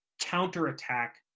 counterattack